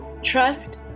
Trust